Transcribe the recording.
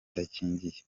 idakingiye